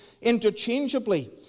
interchangeably